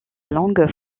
langue